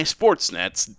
Sportsnet's